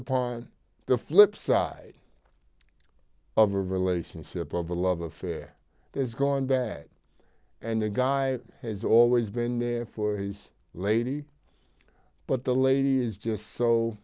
upon the flipside of a relationship of a love affair has gone bad and the guy has always been there for his lady but the lady is just so